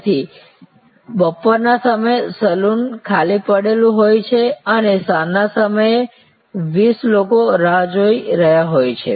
તેથી બપોરના સમયે સલૂન ખાલી પડેલું હોઈ અને સાંજના સમયે 20 લોકો રાહ જોઈ રહ્યા હોય છે